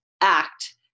act